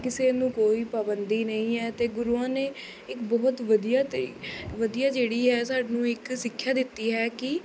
ਕਿਸੇ ਨੂੰ ਕੋਈ ਪਾਬੰਦੀ ਨਹੀਂ ਹੈ ਅਤੇ ਗੁਰੂਆਂ ਨੇ ਇੱਕ ਬਹੁਤ ਵਧੀਆ ਤਰੀ ਵਧੀਆ ਜਿਹੜੀ ਹੈ ਸਾਨੂੰ ਇੱਕ ਸਿੱਖਿਆ ਦਿੱਤੀ ਹੈ ਕਿ